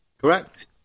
Correct